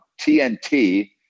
TNT